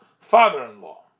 father-in-law